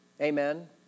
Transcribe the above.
Amen